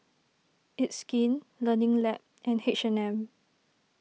It's Skin Learning Lab and H and M